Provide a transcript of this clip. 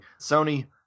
Sony